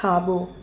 खाबो॒